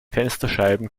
fensterscheiben